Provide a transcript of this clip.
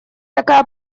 такая